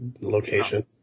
location